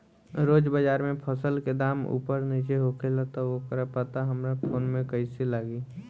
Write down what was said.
रोज़ बाज़ार मे फसल के दाम ऊपर नीचे होखेला त ओकर पता हमरा फोन मे कैसे लागी?